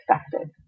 expected